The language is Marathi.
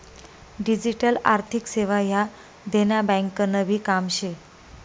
डिजीटल आर्थिक सेवा ह्या देना ब्यांकनभी काम शे